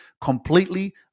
completely